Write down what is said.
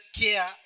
care